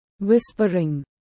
Whispering